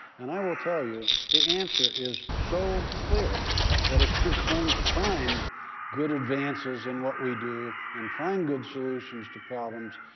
and i will tell you the answer is so clear that if we're going to find good advances in what we do and find good solutions to problems,